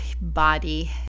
body